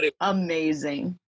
amazing